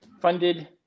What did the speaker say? funded